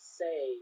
say